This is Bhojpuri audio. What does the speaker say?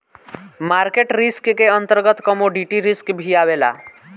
मार्केट रिस्क के अंतर्गत कमोडिटी रिस्क भी आवेला